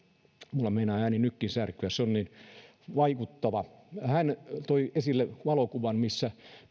minulla meinaa ääni nytkin särkyä se oli niin vaikuttavaa hän toi esille valokuvan missä